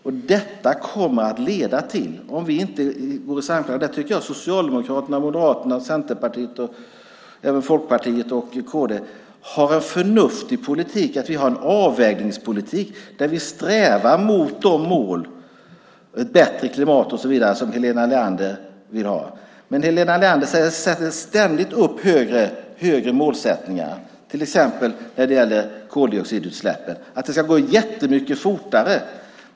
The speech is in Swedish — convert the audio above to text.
Där tycker jag att Socialdemokraterna, Moderaterna, Centerpartiet och även Folkpartiet och Kristdemokraterna har en förnuftig politik. Vi har en avvägningspolitik där vi strävar mot olika mål, ett bättre klimat och så vidare som Helena Leander vill ha. Men Helena Leander sätter ständigt upp högre målsättningar, till exempel när det gäller koldioxidutsläppen. Det ska gå jättemycket fortare.